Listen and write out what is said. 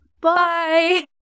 Bye